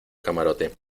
camarote